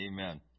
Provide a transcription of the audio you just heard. Amen